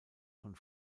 von